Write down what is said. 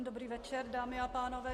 Dobrý večer, dámy a pánové.